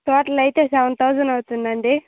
total అయితే seven thousand అవుతుందండి